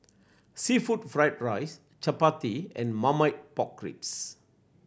seafood fried rice chappati and Marmite Pork Ribs